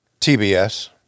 TBS